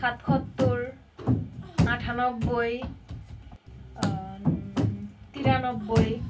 সাতসত্তৰ আঠানব্বৈ তিৰানব্বৈ